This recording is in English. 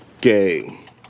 Game